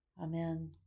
Amen